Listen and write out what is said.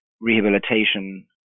rehabilitation